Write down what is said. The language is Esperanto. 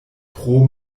pro